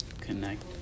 connect